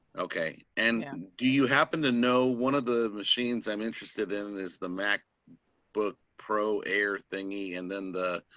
okay. and and do you happen to know one of the machines. i'm interested in is the mac book but pro air thingy. and then the